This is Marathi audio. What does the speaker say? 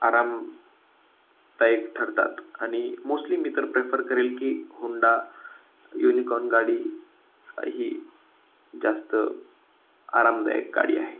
आरामदायक ठरतात आणि मोस्टली मी तर प्रेफर करेल की होंडा युनिकॉर्न गाडी ही जास्त आरामदायक गाडी आहे